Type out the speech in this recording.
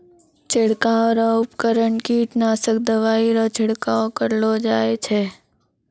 छिड़काव रो उपकरण कीटनासक दवाइ रो छिड़काव करलो जाय छै